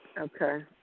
Okay